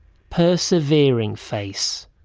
persevering face.